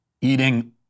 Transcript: eating